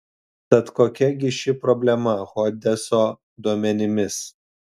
tad kokia gi ši problema hodeso duomenimis